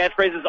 catchphrases